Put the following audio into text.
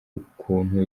ukuntu